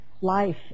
life